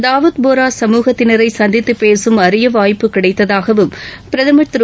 தாவூத் போரா சமூகத்தினரை சந்தித்துப் பேசும் அரிய வாய்ப்பு கிடைத்ததாக பிரதம் திரு